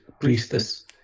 Priestess